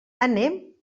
anem